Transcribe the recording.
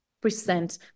present